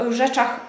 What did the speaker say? rzeczach